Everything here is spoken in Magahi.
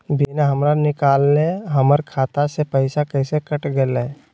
बिना हमरा निकालले, हमर खाता से पैसा कैसे कट गेलई?